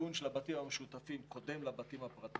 שהמיגון של הבתים המשותפים קודם למיגון של הבתים הפרטיים,